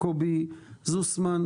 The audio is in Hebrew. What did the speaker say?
קובי זוסמן.